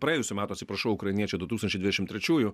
praėjusių metų atsiprašau ukrainiečių du tūkstančiai dvidešim trečiųjų